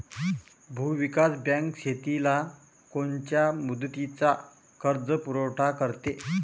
भूविकास बँक शेतीला कोनच्या मुदतीचा कर्जपुरवठा करते?